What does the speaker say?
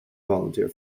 volunteer